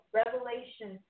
revelation